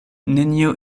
nenio